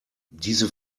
diese